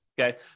okay